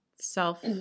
self